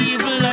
Evil